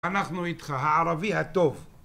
אנחנו איתך, "הערבי הטוב".